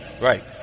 Right